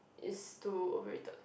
is to without